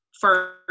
first